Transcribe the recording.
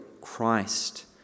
Christ